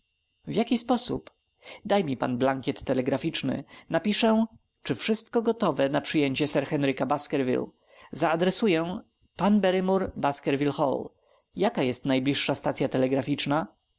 w jaki sposób daj mi pan blankiet telegraficzny napiszę czy wszystko gotowe na przyjęcie sir henryka baskerville zaadresuję p barrymore baskerville hall jaka jest najbliższa stacya telegraficzna